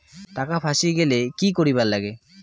টাকা ফাঁসি গেলে কি করিবার লাগে?